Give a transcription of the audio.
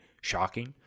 shocking